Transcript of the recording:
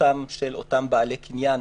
ריבונותם של אותם בעלי קניין,